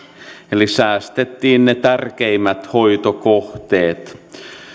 eli säästettiin ne tärkeimmät hoitokohteet